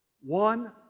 one